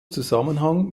zusammenhang